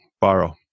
Borrow